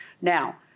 Now